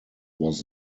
was